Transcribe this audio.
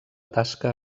tasca